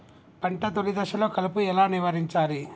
పంట తొలి దశలో కలుపు ఎలా నివారించాలి?